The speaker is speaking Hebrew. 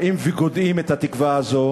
באים וגודעים את התקווה הזאת.